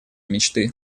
мечты